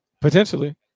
Potentially